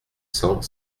cent